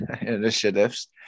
initiatives